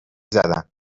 زدن